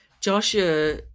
Joshua